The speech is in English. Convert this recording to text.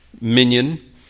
minion